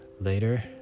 Later